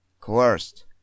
Coerced